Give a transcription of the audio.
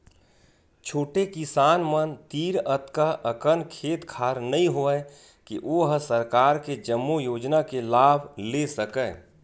छोटे किसान मन तीर अतका अकन खेत खार नइ होवय के ओ ह सरकार के जम्मो योजना के लाभ ले सकय